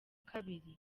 kabiri